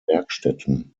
werkstätten